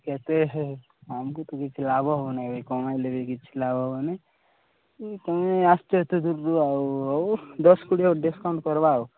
କେତେ ହେ ଆମକୁ ତ କିଛି ଲାଭ ହେବ ନାହିଁ ଭାଇ କମାଇଲେ ବି କିଛି ଲାଭ ହେବ ନାହିଁ ତୁମେ ଆସିଛ ଏତେ ଦୂରରୁ ଆଉ ହଉ ଦଶ କୋଡ଼ିଏ ଆଉ ଡିସ୍କାଉଣ୍ଟ୍ କରିବା ଆଉ